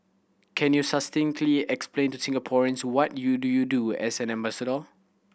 can you succinctly explain to Singaporeans what you do you do as an ambassador